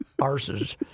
arses